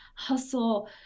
hustle